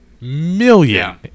million